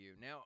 Now